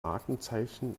markenzeichen